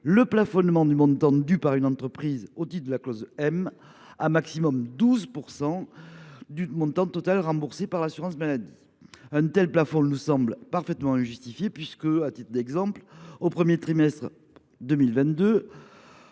le plafonnement du montant dû par une entreprise au titre de la clause M à 12 % du montant total remboursé par l’assurance maladie, qui nous semble totalement injustifié. À titre d’exemple, au premier trimestre 2022,